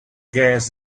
gas